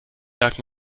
merkt